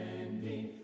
ending